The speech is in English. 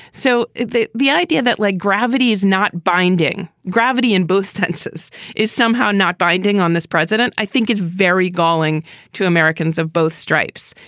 so the the idea that like gravity is not binding, gravity in both senses is somehow not binding on this president. i think it's very galling to americans. both stripes.